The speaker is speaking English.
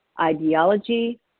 ideology